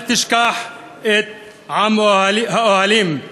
אל תשכח את עַם האוהלים /